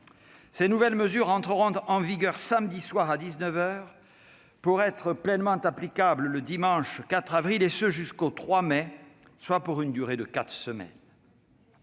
Ces nouvelles mesures entreront en vigueur samedi soir à 19 heures pour être pleinement applicables le dimanche 4 avril, et ce jusqu'au 3 mai, soit pour une durée de quatre semaines.